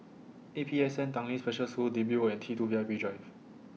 A P S N Tanglin Special School Digby Road and T two V I P Drive